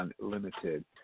Unlimited